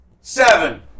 Seven